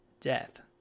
death